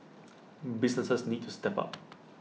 businesses need to step up